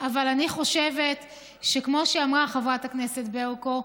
אבל אני חושבת, כמו שאמרה חברת הכנסת ברקו,